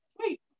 Wait